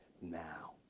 now